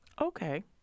Okay